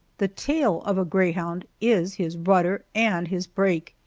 the tail of a greyhound is his rudder and his brake,